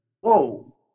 whoa